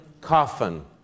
coffin